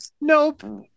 nope